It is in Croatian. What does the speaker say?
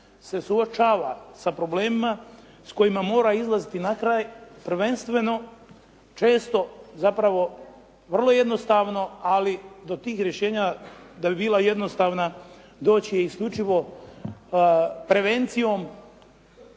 se suočava sa problemima s kojima mora izlaziti na kraj prvenstveno često zapravo vrlo jednostavno ali do tih rješenja da bi bila jednostavna doći je isključivo prevencijom